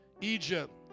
Egypt